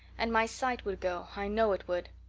and my sight would go i know it would.